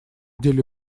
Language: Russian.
деле